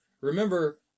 Remember